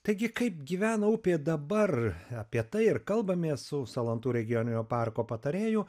taigi kaip gyvena upė dabar apie tai ir kalbamės su salantų regioninio parko patarėju